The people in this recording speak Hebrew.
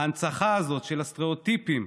ההנצחה הזאת של סטריאוטיפים,